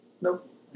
nope